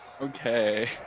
Okay